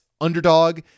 Underdog